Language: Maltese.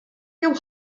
jew